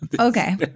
Okay